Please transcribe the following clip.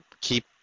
keep